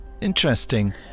interesting